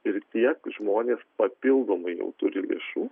ir tiek žmonės papildomai jau turi lėšų